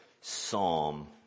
psalm